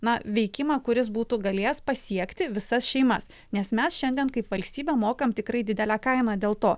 na veikimą kuris būtų galėjęs pasiekti visas šeimas nes mes šiandien kaip valstybė mokam tikrai didelę kainą dėl to